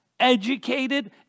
Educated